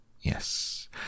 Yes